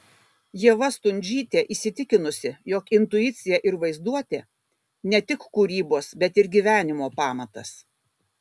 ieva stundžytė įsitikinusi jog intuicija ir vaizduotė ne tik kūrybos bet ir gyvenimo pamatas